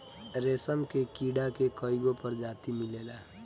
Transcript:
रेशम के कीड़ा के कईगो प्रजाति मिलेला